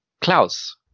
Klaus